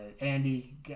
Andy